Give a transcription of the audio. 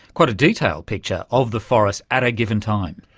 quite a detailed picture of the forest at a given time.